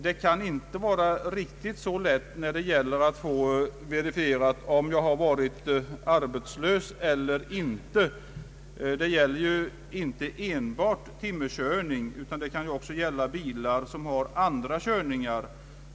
Det kan inte vara riktigt lika lätt att få verifierat om jag har varit arbetslös eller inte. Det gäller ju inte enbart tim merbilar utan även bilar med andra körningar.